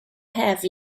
have